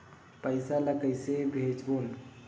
पईसा ला कइसे भेजबोन?